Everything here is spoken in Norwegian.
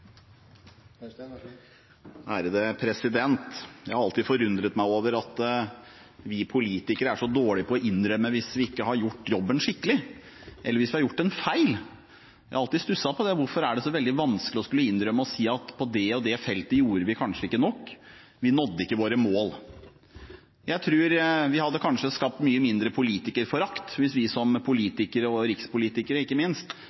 så dårlige til å innrømme det hvis vi ikke har gjort jobben skikkelig, eller hvis vi har gjort en feil. Jeg har alltid stusset på hvorfor det er så veldig vanskelig å skulle innrømme at på det og det feltet gjorde vi kanskje ikke nok, vi nådde ikke våre mål. Jeg tror kanskje vi hadde hatt mye mindre politikerforakt hvis vi som politikere – rikspolitikere ikke minst